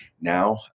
now